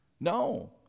No